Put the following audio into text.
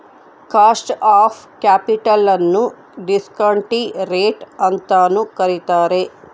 cost of capital ನ್ನು ಡಿಸ್ಕಾಂಟಿ rate ಅಂತನು ಕರಿತಾರೆ